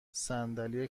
صندلی